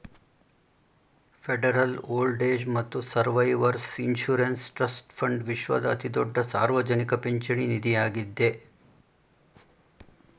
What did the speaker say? federal old age ಮತ್ತು survivors insurance trust fund ವಿಶ್ವದ ಅತಿದೊಡ್ಡ ಸಾರ್ವಜನಿಕ ಪಿಂಚಣಿ ನಿಧಿಯಾಗಿದ್ದೆ